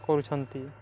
କରୁଛନ୍ତି